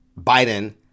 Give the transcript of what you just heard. Biden